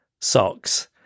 socks